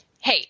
hey